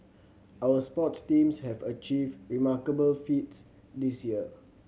our sports teams have achieved remarkable feats this year